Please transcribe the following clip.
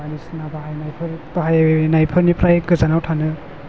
बायदिसिना बाहायनायफोर बाहायनायनिफ्राय गोजानाव थानो